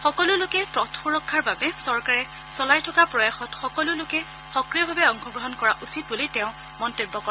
সকলো লোকে পথ সুৰক্ষাৰ বাবে চৰকাৰে চলাই থকা প্ৰয়াসত সকলো লোকে সক্ৰিয়ভাৱে অংশগ্ৰহণ কৰা উচিত বুলি তেওঁ লগতে মন্তব্য কৰে